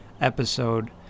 episode